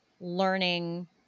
learning